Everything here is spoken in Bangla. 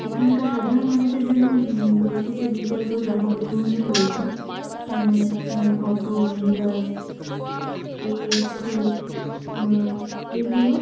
এখানকার সাধারণ মানুষের জন্য বেশ কিছু বিকল্প জন পরিবহনও রয়েছে অটো মিনি বাস এইচ টু এগুলো